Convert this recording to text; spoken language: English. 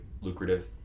lucrative